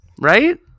Right